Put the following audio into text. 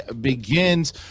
begins